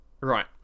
right